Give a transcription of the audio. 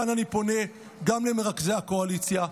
וכאן אני פונה גם למרכזי הקואליציה,